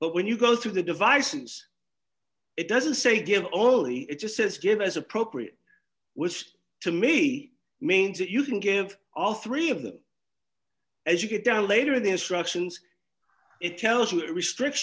but when you go through the devices it doesn't say give only it just says give as appropriate which to me means that you can give all three of them as you get down later the instructions it tells you a restrict